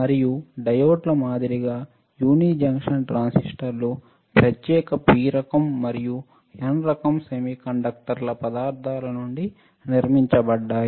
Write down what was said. మరియు డయోడ్ల మాదిరిగా యూని జంక్షన్ ట్రాన్సిస్టర్లు ప్రత్యేక P రకం మరియు N రకం సెమీకండక్టర్ పదార్థాల నుండి నిర్మించబడ్డాయి